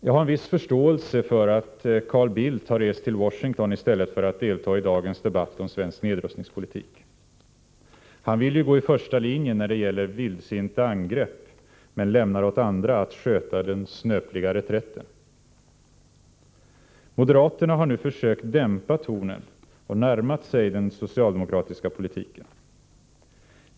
Jag har en viss förståelse för att Carl Bildt har rest till Washington i stället för att delta i dagens debatt om svensk nedrustningspolitik. Han vill ju gå i första linjen när det gäller vildsinta angrepp, men lämnar åt andra att sköta den snöpliga reträtten. Moderaterna har nu försökt dämpa tonen och närma sig den socialdemokratiska politiken.